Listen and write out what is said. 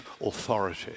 authority